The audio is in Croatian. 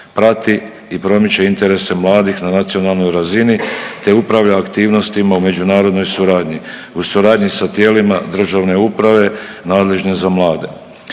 prati i promiče interese mladih na nacionalnoj razini, te upravlja aktivnostima u međunarodnoj suradnji, u suradnji sa tijelima državne uprave nadležne za mlade.